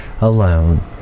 alone